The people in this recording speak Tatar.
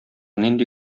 нинди